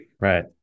Right